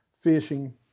fishing